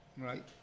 right